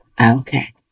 Okay